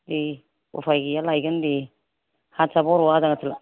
दे उफाय गैया लायगोन दे हारसा बर' आजां गाजां